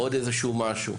עוד איזה שהוא משהו.